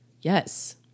yes